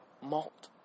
malt